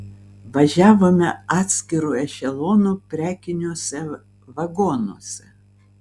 važiavome atskiru ešelonu prekiniuose vagonuose